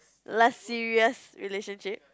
last few years relationship